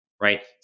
right